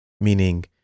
meaning